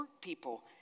people